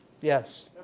Yes